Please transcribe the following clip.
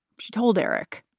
she told eric,